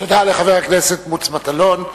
תודה לחבר הכנסת מוץ מטלון.